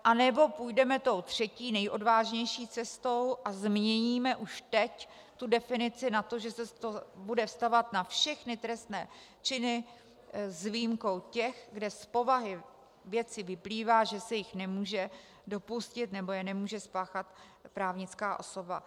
Anebo půjdeme třetí, nejodvážnější cestou a změníme už teď definici na to, že se to bude vztahovat na všechny trestné činy s výjimkou těch, kde z povahy věci vyplývá, že se jich nemůže dopustit nebo je nemůže spáchat právnická osoba.